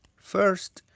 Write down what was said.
first,